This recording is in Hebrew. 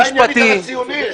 שאלה עניינית על הציונים.